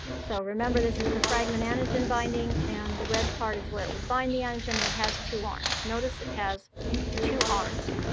so remember this is the fragment antigen binding, and the red part is where it would bind the antigen, and it has two arms. notice it has two arms.